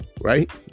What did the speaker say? right